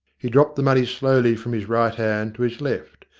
he dropped the money slowly from his right hand to his left.